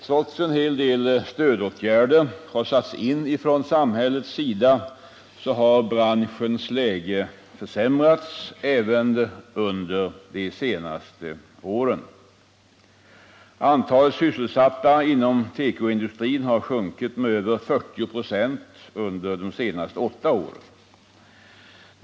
Trots att en hel del stödåtgärder harsattsin från samhällets sida har branschens läge försämrats även under de senaste åren. Antalet sysselsatta inom tekoindustrin har sjunkit med över 40 96 under de senaste åtta åren.